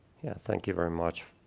yeah, thank you very much